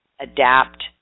adapt